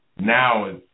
Now